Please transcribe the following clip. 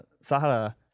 Sahara